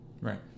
Right